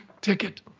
ticket